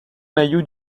maillot